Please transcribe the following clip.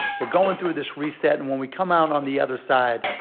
we're going through this reset and when we come out on the other side,